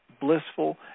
blissful